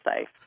safe